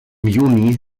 juni